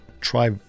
try